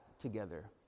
together